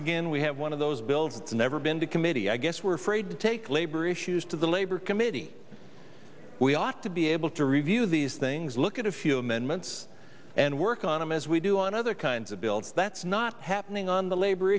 again we have one of those bills never been to committee i guess we're afraid to take labor issues to the labor committee we ought to be able to review these things look at a few amendments and work on him as we do on other kinds of build that's not happening on the labor